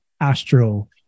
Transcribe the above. Astro